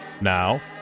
Now